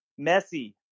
Messi